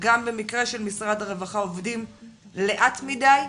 גם במקרה של משרד הרווחה עובדים לאט מדי,